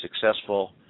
successful